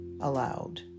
allowed